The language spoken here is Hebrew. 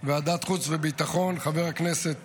ועדת חוץ וביטחון, חבר הכנסת